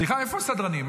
סליחה, איפה הסדרנים?